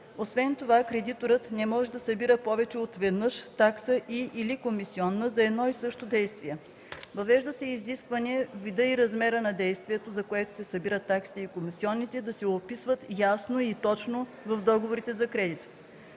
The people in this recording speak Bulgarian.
Освен това, кредиторът не може да събира повече от веднъж такса и/или комисионна за едно и също действие. Въвежда се изискване видът, размерът и действието, за което се събират таксите и комисионните да се описват ясно и точно в договора за кредит.